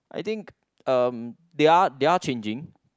I think uh they are they are changing